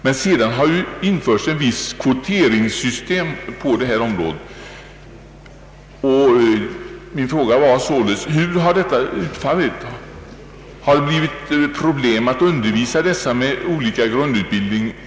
Sedermera har det införts ett visst kvoteringssystem för de inträdessökande. Hur har detta utfallit? Har det uppstått några problem när det gällt att undervisa elever med så olika grundutbildning?